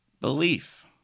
Belief